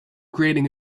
creating